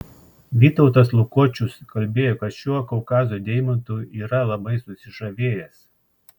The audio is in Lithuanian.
vytautas lukočius kalbėjo kad šiuo kaukazo deimantu yra labai susižavėjęs